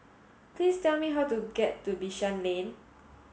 please tell me how to get to Bishan Lane